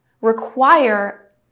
require